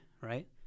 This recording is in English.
right